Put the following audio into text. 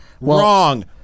Wrong